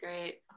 great